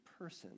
person